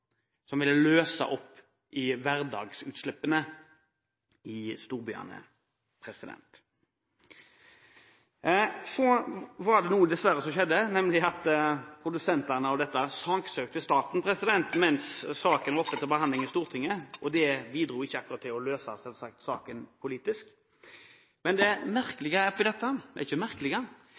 som ville løse opp i hverdagsutslippene i storbyene. Så skjedde dessverre det at produsenten av dette saksøkte staten mens saken var oppe til behandling i Stortinget, og det bidro selvsagt ikke akkurat til å løse saken politisk. Men det merkelige oppi dette – ikke